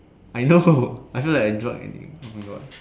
I know I feel like a drug addict oh my God